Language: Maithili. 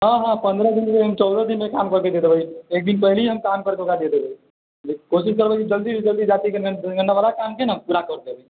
हँ हँ पन्द्रह दिन नै हम चौदह दिनमे काम करिके दै देबै एक दिन पहिले ही हम ओकरा काम कऽके दै देबै कोशिश करबै जल्दी से जल्दी जातीय जनगण जनगणनावला कामके नहि पूरा कर देबै